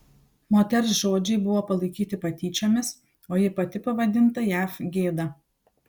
moters žodžiai buvo palaikyti patyčiomis o ji pati pavadinta jav gėda